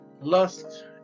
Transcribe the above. lust